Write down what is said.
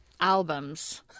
Albums